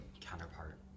Counterpart